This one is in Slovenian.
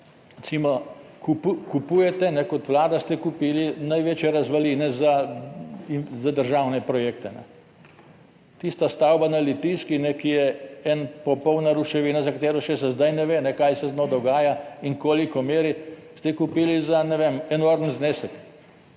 recimo kupujete, kot Vlada, ste kupili največje razvaline za državne projekte. Tista stavba na Litijski, ki je ena popolna ruševina, za katero še zdaj ne ve kaj se z njo dogaja in koliko meri, ste kupili za, ne vem, enormni znesek.